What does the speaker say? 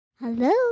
Hello